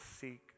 seek